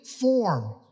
form